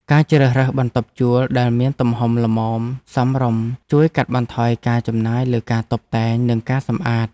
ការជ្រើសរើសបន្ទប់ជួលដែលមានទំហំល្មមសមរម្យ ជួយកាត់បន្ថយការចំណាយលើការតុបតែង និងការសម្អាត។